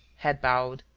head bowed,